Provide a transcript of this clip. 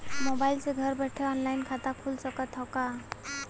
Mobile से घर बैठे ऑनलाइन खाता खुल सकत हव का?